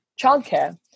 childcare